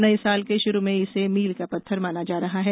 नए साल के शुरू में इसे मील का पत्थर माना जा रहा है